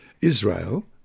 Israel